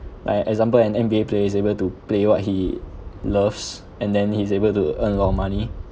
like example an N_B_A player is able to play what he loves and then he's able to earn a lot of money